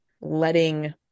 letting